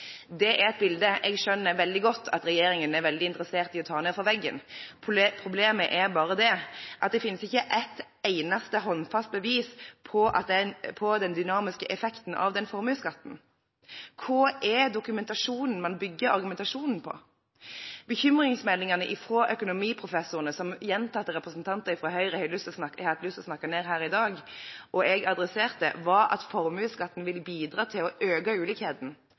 Det er et bilde jeg skjønner veldig godt at regjeringen er veldig interessert i å ta ned fra veggen. Problemet er bare det at det finnes ikke et eneste håndfast bevis på den dynamiske effekten av den formuesskatten. Hvor er dokumentasjonen man bygger argumentasjonen på? Bekymringsmeldingene fra økonomiprofessorene som gjentatte representanter fra Høyre har lyst til å snakke ned her i dag, og jeg adresserte, var at formuesskatten vil bidra til å øke